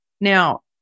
Now